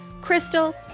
Crystal